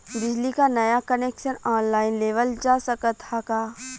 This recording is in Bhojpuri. बिजली क नया कनेक्शन ऑनलाइन लेवल जा सकत ह का?